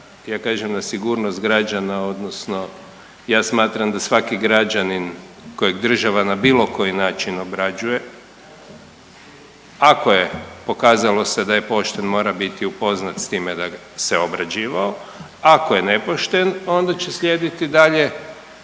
ja kažem na sigurnost građana odnosno ja smatram da svaki građanin kojeg država na bilo koji način obrađuje, ako je pokazalo se da je pošten mora biti upoznat s time da se obrađivao, a ako je nepošten onda će slijediti dalje